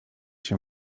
się